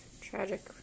Tragic